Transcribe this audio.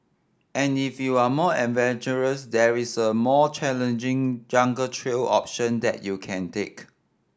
and if you're more adventurous there is a more challenging jungle trail option that you can take